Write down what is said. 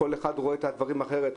כל אחד רואה את הדברים אחרת.